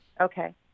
Okay